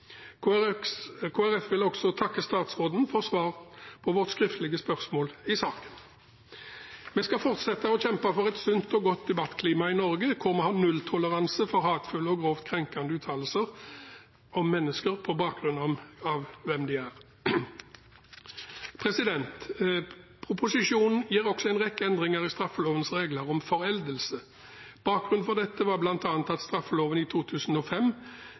vil også takke statsråden for svar på vårt skriftlige spørsmål i saken. Vi skal fortsette å kjempe for et sunt og godt debattklima i Norge, der vi har nulltoleranse for hatefulle og grovt krenkende uttalelser om mennesker på bakgrunn av hvem de er. Proposisjonen gjør også en rekke endringer i straffelovens regler om foreldelse. Bakgrunnen for dette var bl.a. at i straffeloven av 2005